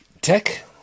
Tech